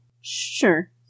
Sure